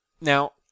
Now